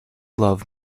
love